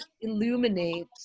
illuminate